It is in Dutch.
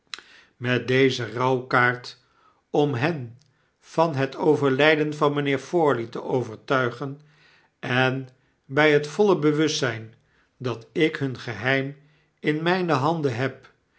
met deze rouwkaart om hen van het overlijden van mynheer eorley te overtuigen en by het voile bewustzijn dat ik hun geheim in mijne handen heb